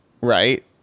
right